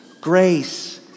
grace